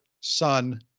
son